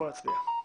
בואו נצביע.